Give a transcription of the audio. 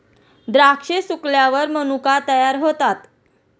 द्राक्षे सुकल्यावर मनुका तयार होतात